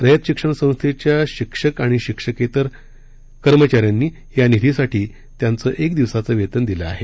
रयत शिक्षण संस्थेच्या शिक्षक आणि शिक्षकेतर सेवक यांनी या निधीसाठी त्यांचं एक दिवसाचं वेतन दिलं आहे